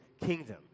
kingdom